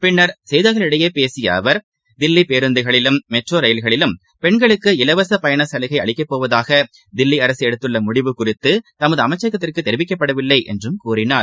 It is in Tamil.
ப்பு செய்தியாளர்களிடம் பேசியஅவர் தில்லிபேருந்துகளிலும் மெட்ரோரயில்களிலும் பின்னர் பெண்களுக்கு இலவசபயணசலுகைஅளிக்கப்போவதாகதில்லிஅரசுஎடுத்துள்ளமுடிவு குறித்துதமது அமைச்சகத்திற்குதெரிவிக்கப்படவில்லைஎன்றும் கூறினார்